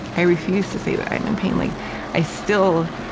i refuse to say that i'm in pain. like i still,